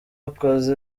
wakoze